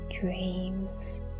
dreams